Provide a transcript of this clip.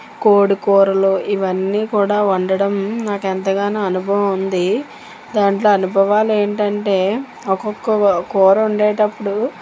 కోడి కూరలు ఇవన్నీ కూడా వండడం నాకు ఎంతగానో అనుభవం ఉంది దాంట్లో అనుభవాలు ఏంటంటే ఒకొక్క కూర వండేటప్పుడు